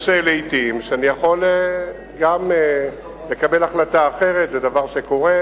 לעתים אני יכול גם לקבל החלטה אחרת, זה דבר שקורה,